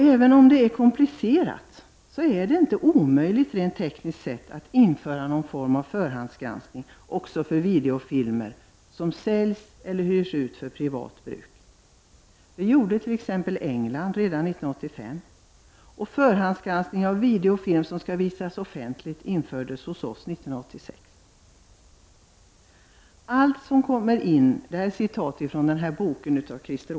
Även om det är komplicerat, är det inte tekniskt omöjligt att införa någon form av förhandsgranskning också för videofilmer som säljs eller hyrs ut för privat bruk. Det gjorde man t.ex. i England redan 1985. Och förhandsgranskning av videofilm som skall visas offentligt infördes i Sverige 1986.